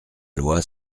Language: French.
loi